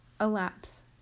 Elapse